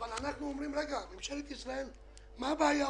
אבל אנחנו אומרים: רגע, ממשלת ישראל, מה הבעיה?